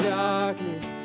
darkness